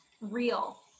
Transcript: real